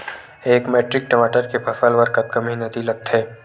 एक मैट्रिक टमाटर के फसल बर कतका मेहनती लगथे?